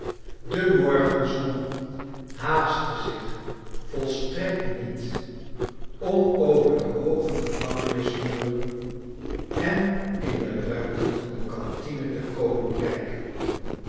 de morgenzon haastte zich voistrekt niet om over de hooge gevangenismuren en in de ruiten van de cantine te komen kijken